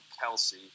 Kelsey